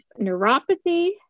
neuropathy